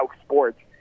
sports